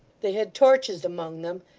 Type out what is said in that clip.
they had torches among them,